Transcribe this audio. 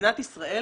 מדינת ישראל